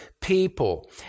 people